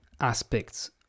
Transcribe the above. aspects